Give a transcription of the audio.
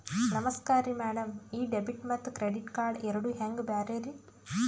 ನಮಸ್ಕಾರ್ರಿ ಮ್ಯಾಡಂ ಈ ಡೆಬಿಟ ಮತ್ತ ಕ್ರೆಡಿಟ್ ಕಾರ್ಡ್ ಎರಡೂ ಹೆಂಗ ಬ್ಯಾರೆ ರಿ?